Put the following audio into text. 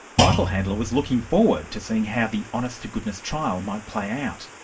michael handler was looking forward to seeing how the honest to goodness trial might play out.